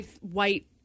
white